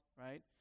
right